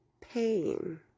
pain